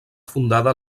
fundada